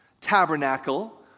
tabernacle